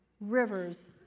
rivers